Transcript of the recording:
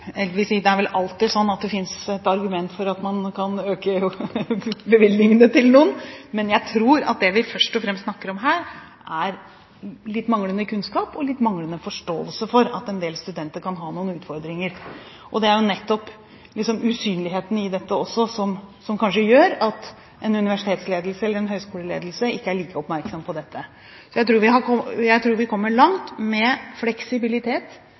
Det er vel alltid slik at det finnes et argument for at man kan øke bevilgningene til noen, men jeg tror det vi først og fremst snakker om her, er litt manglende kunnskap og litt manglende forståelse for at en del studenter kan ha noen utfordringer. Det er nettopp usynligheten i dette som også kanskje gjør at en universitetsledelse eller høyskoleledelse ikke er like oppmerksom på dette. Jeg tror vi